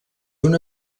una